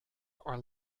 are